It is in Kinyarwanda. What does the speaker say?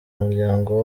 umuryango